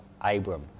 Abram